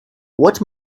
what